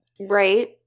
Right